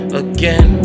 again